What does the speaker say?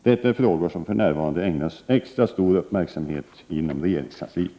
Detta är frågor som för närvarande ägnas extra stor uppmärksamhet inom regeringskansliet.